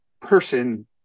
person